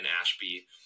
Ashby